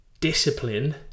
Discipline